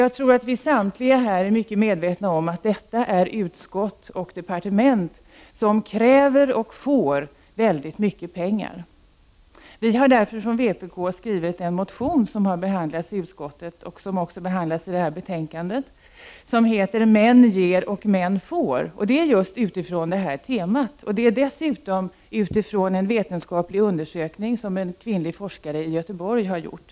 Jag tror att samtliga här är mycket medvetna om att detta handlar om utskott och departement som kräver och får väldigt mycket pengar. Vi från vpk har därför skrivit en motion, som har behandlats av utskottet och som också tas upp i detta betänkande. Denna motion har rubriken Män ger och män får, och den är skriven utifrån detta tema och dessutom utifrån en vetenskaplig undersökning, som en kvinnlig forskare i Göteborg har gjort.